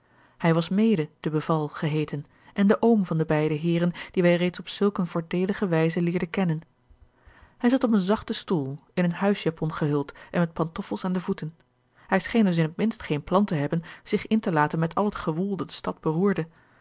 hij was mede de beval geheten en de oom van de beide heeren die wij reeds op zulk eene voordeelige wijze leerden kennen hij zat op een zachten stoel in een huisjapon gehuld en met pantoffels aan de voeten hij scheen dus in het minst geen plan te hebben zich in te laten met al het gewoel dat de stad beroerde